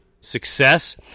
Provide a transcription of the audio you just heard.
success